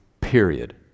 period